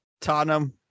Tottenham